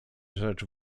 rzecz